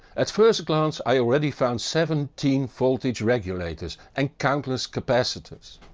at first glance, i already found seventeen voltage regulators and countless capacitors.